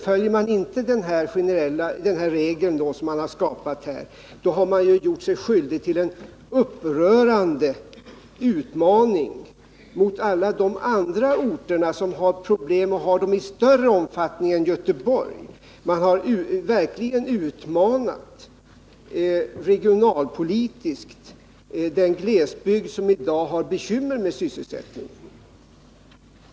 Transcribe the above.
Följer man inte sedan den regel som man har skapat har man gjort sig skyldig till en upprörande utmaning mot alla de andra orterna som har problem, kanske i större omfattning än Göteborg. Man har då verkligen regionalpolitiskt utmanat den glesbygd som i dag har bekymmer med sysselsättningen.